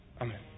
Amen